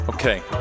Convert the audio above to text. Okay